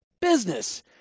business